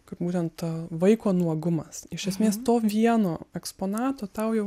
kaip būtent to vaiko nuogumas iš esmės to vieno eksponato tau jau